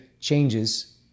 changes